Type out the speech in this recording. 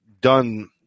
done